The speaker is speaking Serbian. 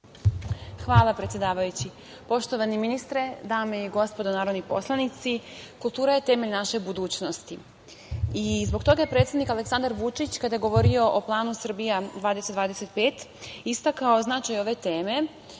Hvala, predsedavajući. Poštovani ministre, dame i gospodo narodni poslanici. Kultura je temelj naše budućnosti. Zbog toga je predsednik Aleksandar Vučić kada je govorio o planu „Srbija 2025“ istakao značaj ove teme